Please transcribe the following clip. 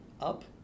up